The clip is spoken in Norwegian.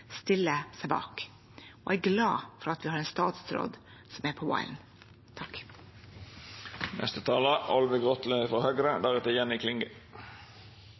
stiller seg bak. Og jeg er glad for at vi har en statsråd som er på